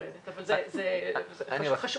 אני רוצה